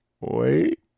wait